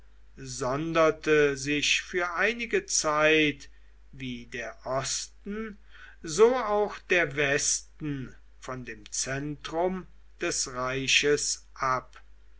sonderte sich für einige zeit wie der osten so auch der westen von dem zentrum des reiches ab